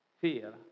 fear